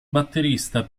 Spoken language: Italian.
batterista